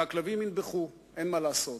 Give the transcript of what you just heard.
והכלבים ינבחו, אין מה לעשות.